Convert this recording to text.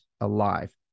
alive